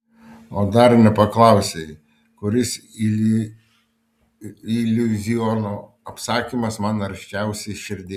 o dar nepaklausei kuris iliuziono apsakymas man arčiausiai širdies